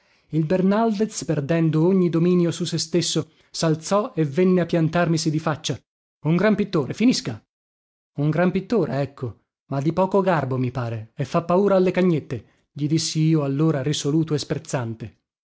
aggressivo il bernaldez perdendo ogni dominio su se stesso salzò e venne a piantarmisi di faccia un gran pittore finisca un gran pittore ecco ma di poco garbo mi pare e fa paura alle cagnette gli dissi io allora risoluto e sprezzante